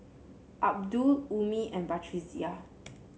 Abdul Ummi and Batrisya